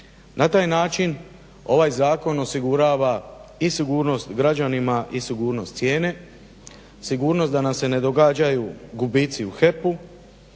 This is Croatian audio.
Na taj način ovaj zakon osigurava i sigurnost građanima i sigurnost cijene, sigurnost da nam se ne događaju gubici u HEP-u.